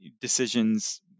decisions